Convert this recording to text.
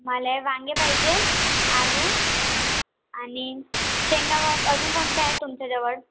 मला वांगे पाहिजे आलू आणि शेंगा व क अजून कोणत्या आहेत तुमच्याजवळ